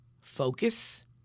focus